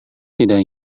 tidak